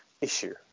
issue